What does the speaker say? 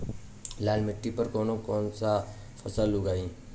लाल मिट्टी पर कौन कौनसा फसल उगाई?